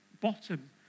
bottom